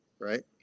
right